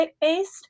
based